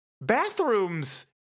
bathrooms –